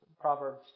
Proverbs